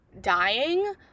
dying